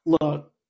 Look